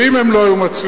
ואם הם לא היו מצליחים,